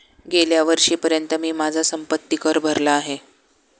गेल्या वर्षीपर्यंत मी माझा संपत्ति कर भरला आहे